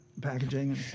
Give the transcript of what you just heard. packaging